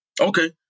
Okay